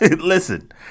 Listen